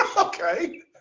Okay